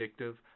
addictive